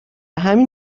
همین